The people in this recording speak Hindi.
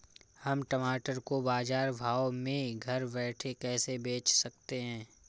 हम टमाटर को बाजार भाव में घर बैठे कैसे बेच सकते हैं?